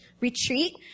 retreat